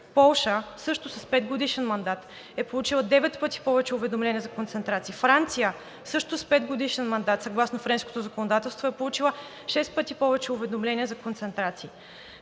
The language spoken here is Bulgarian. Полша – също с петгодишен мандат, е получила девет пъти повече уведомления за концентрации, Франция – също с петгодишен мандат съгласно френското законодателство, е получила шест пъти повече уведомления за концентрации.